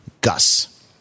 Gus